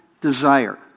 desire